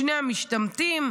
שני המשתמטים,